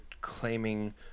claiming